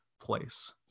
place